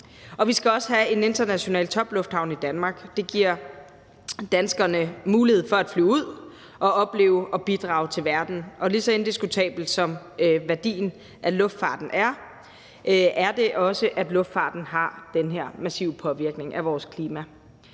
vi skal også have en international toplufthavn i Danmark. Det giver danskerne mulighed for at flyve ud og opleve noget og bidrage til verden. Lige så indiskutabel som værdien af luftfarten er, er det også, at luftfarten har den her massive påvirkning på vores klima.